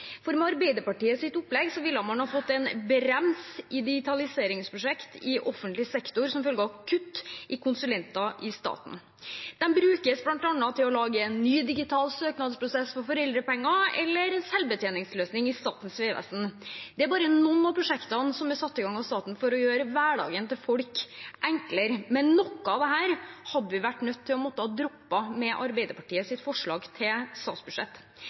annet. Med Arbeiderpartiets opplegg ville man fått en brems i digitaliseringsprosjektene i offentlig sektor som følge av kutt i konsulenter i staten. De brukes bl.a. til å lage en ny digital søknadsprosess for foreldrepenger eller selvbetjeningsløsninger i Statens vegvesen. Det er bare noen av prosjektene som er satt i gang av staten for å gjøre hverdagen til folk enklere, men noe av dette hadde vi vært nødt til å droppe med Arbeiderpartiets forslag til statsbudsjett.